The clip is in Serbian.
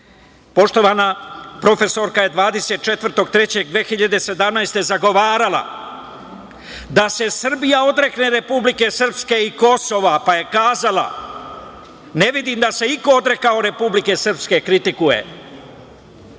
profesorka je 24. marta 2017. godine zagovarala da se Srbija odrekne Republike Srpske i Kosova, pa je kazala: „Ne vidim da se iko odrekao Republike Srpske“, kritikuje. To